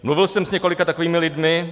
Mluvil jsem s několika takovými lidmi.